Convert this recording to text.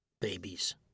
Babies